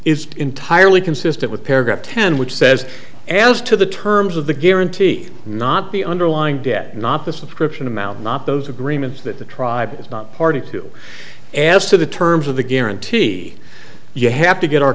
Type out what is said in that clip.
is entirely consistent with paragraph ten which says as to the terms of the guarantee not the underlying debt not the subscription amount not those agreements that the tribe is not party to ask for the terms of the guarantee you have to get our